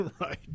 Right